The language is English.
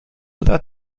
that